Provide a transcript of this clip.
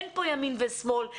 אין פה ימין ושמאל,